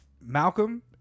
Malcolm